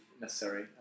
necessary